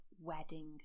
wedding